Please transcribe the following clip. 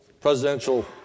presidential